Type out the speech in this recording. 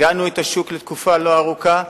הרגענו את השוק לתקופה לא ארוכה,